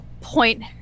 point